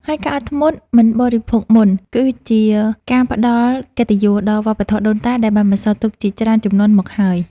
ហើយការអត់ធ្មត់មិនបរិភោគមុន គឺជាការផ្តល់កិត្តិយសដល់វប្បធម៌ដូនតាដែលបានបន្សល់ទុកជាច្រើនជំនាន់មកហើយ។